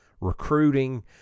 recruiting